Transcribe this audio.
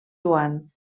joan